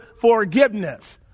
forgiveness